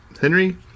Henry